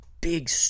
big